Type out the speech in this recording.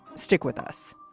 stick with us